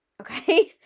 okay